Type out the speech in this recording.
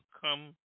come